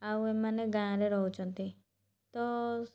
ଆଉ ଏମାନେ ଗାଁରେ ରହୁଛନ୍ତି ତ